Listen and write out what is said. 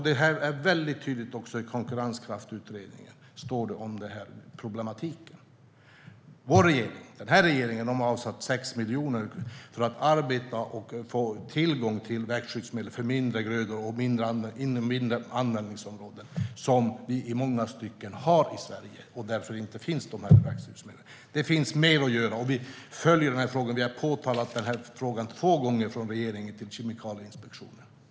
Det är väldigt tydligt även i Konkurrenskraftsutredningen, som skriver om denna problematik. Den här regeringen har avsatt 6 miljoner för att man ska kunna arbeta och få tillgång till växtskyddsmedel för mindre grödor och inom mindre användningsområden, som vi i många stycken har i Sverige och där det därför inte finns växtskyddsmedel. Det finns mer att göra, och vi följer frågan. Vi har från regeringen tagit upp frågan med Kemikalieinspektionen två gånger.